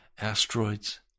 asteroids